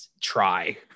Try